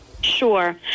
Sure